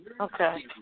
Okay